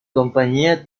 compañía